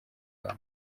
wabo